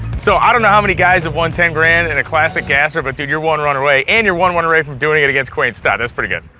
so, i don't know how many guys have won ten grand in a classic gasser, but dude, you're one run away, and you're one run away from doing it against quain stott. that's pretty good.